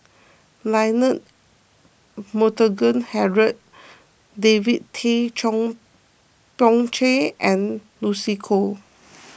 Leonard Montague Harrod David Tay Poey Cher and Lucy Koh